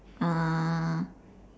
uh